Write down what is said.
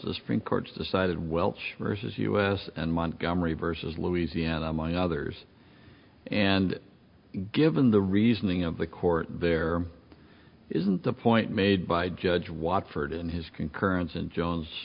the supreme court's decided well versus us and montgomery versus louisiana among others and given the reasoning of the court there isn't a point made by judge watford in his concurrence and jones